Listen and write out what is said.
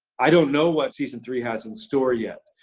i don't know what season three has in store yet.